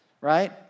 right